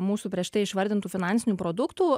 mūsų prieš tai išvardintų finansinių produktų